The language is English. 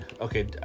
Okay